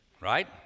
right